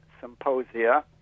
symposia